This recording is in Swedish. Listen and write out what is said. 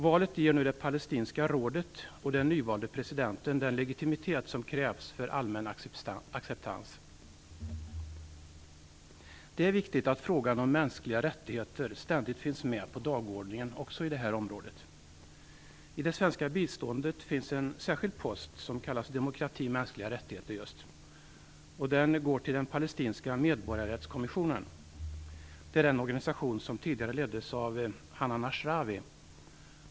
Valet ger nu det palestinska rådet och den nyvalde presidenten den legitimitet som krävs för en allmän acceptans. Det är viktigt att frågan om mänskliga rättigheter ständigt finns med på dagordningen också i detta område. I det svenska biståndet finns det ju en särskild post som heter Demokrati/Mänskliga rättigheter. Den går till den palestinska medborgarrättskommissionen. Det är den organisationen som tidigare leddes av Hanan Ashrawi.